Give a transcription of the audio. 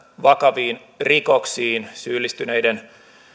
vakaviin rikoksiin syyllistyneiden